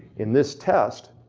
in this test